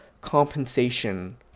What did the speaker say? compensation